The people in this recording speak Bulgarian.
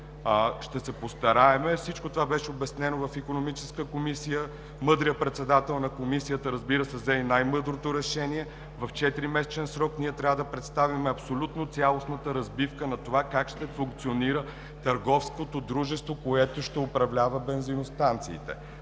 Ще се постараем. Всичко това беше обяснено в Икономическата комисия, мъдрият председател на Комисията, разбира се, взе и най-мъдрото решение. В четиримесечен срок ние трябва да представим абсолютно цялостната разбивка на това как ще функционира търговското дружество, което ще управлява бензиностанциите,